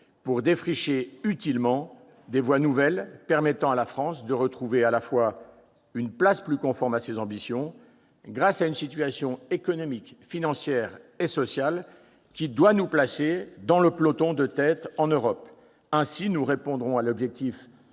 pour défricher utilement des voies nouvelles permettant à notre pays de retrouver une place plus conforme à ses ambitions, grâce à une situation économique, financière et sociale devant nous placer en tête du peloton européen. Ainsi, nous répondrons à l'objectif